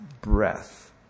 breath